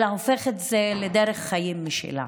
אלא הופכת את זה לדרך חיים משלה.